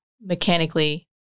mechanically